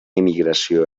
emigració